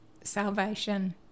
salvation